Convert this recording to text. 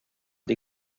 dir